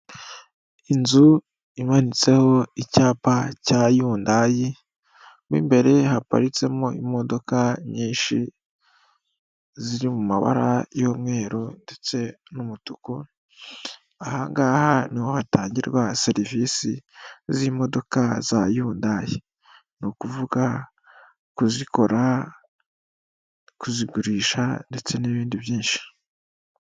Inzu imanitseho icyapa cya yundayi, mo imbere haparitsemo imodoka nyinshi, ziri mu mabara y'umweru ndetse n'umutuku. Aha ngaha niho hatangirwa serivisi z'imodoka za yudayi, ni ukuvuga kuzikora, kuzigurisha ndetse n'ibindi byinshi.